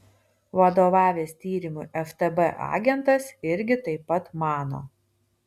vadovavęs tyrimui ftb agentas irgi taip pat mano